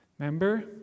Remember